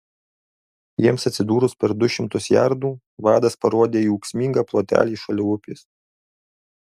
jiems atsidūrus per du šimtus jardų vadas parodė į ūksmingą plotelį šalia upės